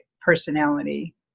personality